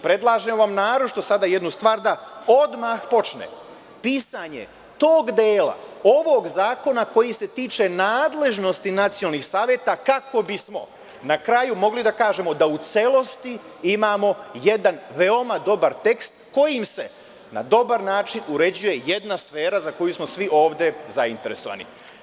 Predlažem vam sada naročito jednu stvar da odmah počne pisanje tog dela ovog zakona koji se tiče nadležnosti nacionalnih saveta kako bismo na kraju mogli da kažemo da u celosti imamo jedan veoma dobar tekst kojim se na dobar način uređuje jedna sfera za koju smo svi ovde zainteresovani.